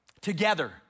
Together